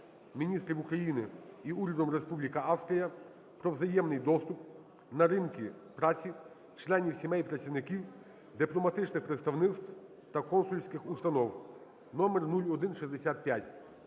Міністрів України і Урядом Республіки Австрія про взаємний доступ на ринки праці членів сімей працівників дипломатичних представництв та консульських установ (№ 0165).